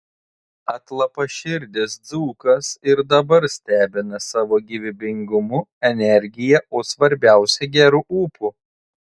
atlapaširdis dzūkas ir dabar stebina savo gyvybingumu energija o svarbiausia geru ūpu